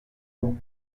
gens